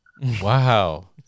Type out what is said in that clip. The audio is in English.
Wow